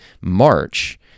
March